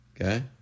okay